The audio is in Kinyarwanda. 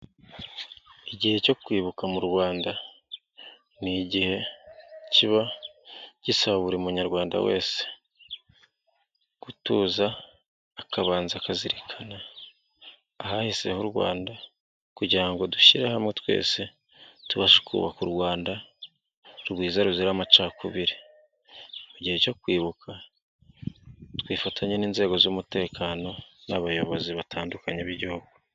Igihe cyo kwibuka mu Rwanda. Ni igihe kiba gisaba buri munyarwanda wese gutuza, akabanza akazizirikana ahahise h'u Rwanda, kugira ngo dushyire hamwe twese, tubashe kubaka u Rwanda rwiza ruzira amacakubiri. Mu gihe cyo kwibuka, twifatanya n'inzego z'umutekano, n'abayobozi batandukanye b'igihugu.